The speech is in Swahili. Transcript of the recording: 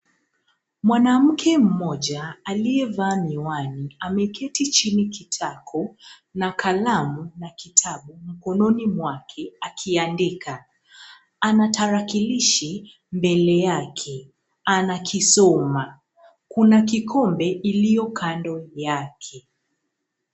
Mwanamke mmoja aliyevaa miwani ameketi chini kitako na kalamu na kitabu mkononi mwake akiandika. Ana tarakilishi mbele yake anakisoma. Kuna kikombe iliyo kando yake.